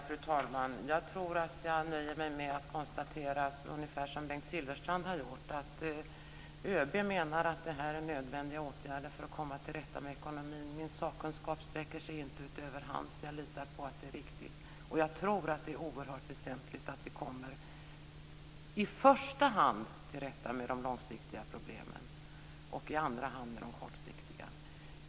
Fru talman! Jag tror att jag nöjer mig med att konstatera, ungefär som Bengt Silfverstrand gjorde, att ÖB menar att det här är nödvändiga åtgärder för att komma till rätta med ekonomin. Min sakkunskap sträcker sig inte utöver hans. Jag litar på att detta är riktigt. Jag tror också att det är oerhört väsentligt att vi kommer till rätta med i första hand de långsiktiga problemen, i andra hand de kortsiktiga.